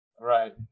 Right